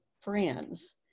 friends